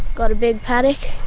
got a big paddock.